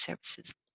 services